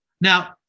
Now